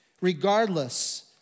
Regardless